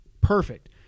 perfect